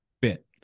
bit